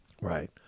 Right